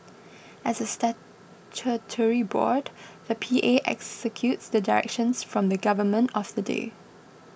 as a statutory board the P A executes the directions from the government of the day